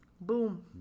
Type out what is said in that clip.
Boom